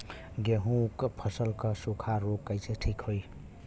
गेहूँक फसल क सूखा ऱोग कईसे ठीक होई?